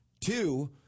Two